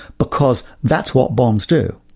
because that's what bombs do.